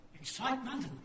excitement